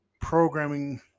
Programming